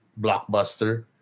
blockbuster